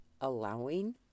allowing